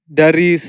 dari